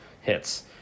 hits